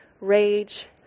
rage